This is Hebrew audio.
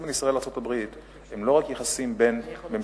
בין ישראל לארצות-הברית הם לא רק יחסים בין ממשלות.